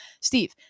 Steve